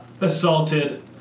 assaulted